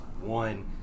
One